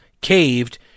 caved